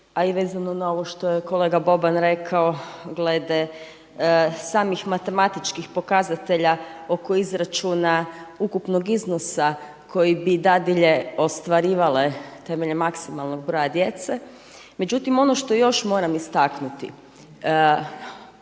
a i vezano na ovo što je kolega Boban rekao glede samih matematičkih pokazatelja oko izračuna ukupnog iznosa kojeg bi dadilje ostvarivale temeljem maksimalnog broja djece. Međutim, ono što još moram istaknuti,